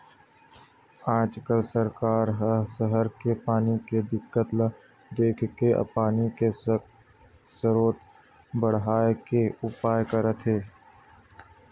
आज सरकार ह सहर के पानी के दिक्कत ल देखके पानी के सरोत बड़हाए के उपाय करत हे